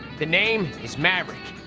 the name is maverick,